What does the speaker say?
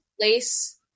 place